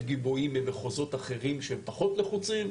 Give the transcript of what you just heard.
גיבויים למחוזות אחרים שהם פחות לחוצים.